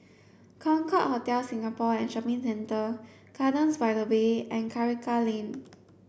Concorde Hotel Singapore and Shopping Centre Gardens by the Bay and Karikal Lane